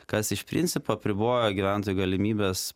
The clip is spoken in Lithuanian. kas iš principo apriboja gyventojų galimybes